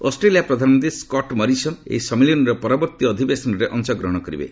Australia ପ୍ରଧାନମନ୍ତ୍ରୀ Scott Morrison ଏହି ସମ୍ମିଳନୀର ପରବର୍ତ୍ତୀ ଅଧିବେଶନରେ ଅଂଶଗ୍ରହଣ କରିବେ